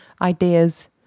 ideas